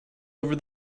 over